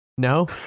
No